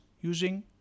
using